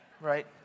Right